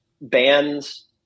bands